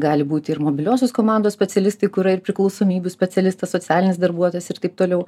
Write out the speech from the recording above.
gali būti ir mobiliosios komandos specialistai kur yra ir priklausomybių specialistas socialinis darbuotojas ir taip toliau